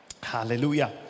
Hallelujah